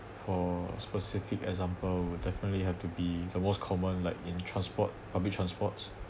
for specific example would definitely have to be the most common like in transport public transports